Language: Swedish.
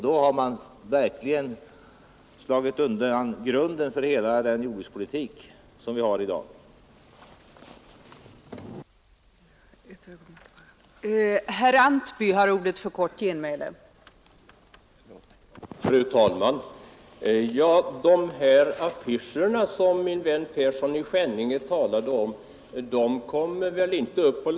Då har man verkligen slagit undan grunden för den jordbrukspolitik som vi i dag för.